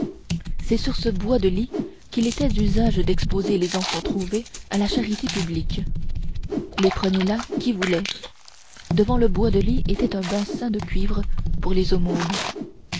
c'est sur ce bois de lit qu'il était d'usage d'exposer les enfants trouvés à la charité publique les prenait là qui voulait devant le bois de lit était un bassin de cuivre pour les